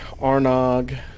Arnog